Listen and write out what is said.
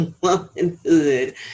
womanhood